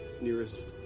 nearest